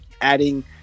adding